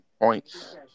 points